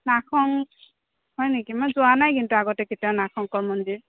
নাগ শং হয় নেকি মই যোৱা নাই কিন্তু আগতে কেতিয়াও নাগ শংকৰ মন্দিৰ